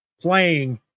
playing